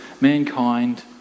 mankind